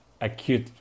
acute